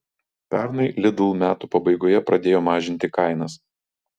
pernai lidl metų pabaigoje pradėjo mažinti kainas